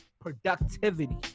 productivity